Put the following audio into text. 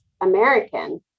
American